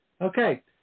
Okay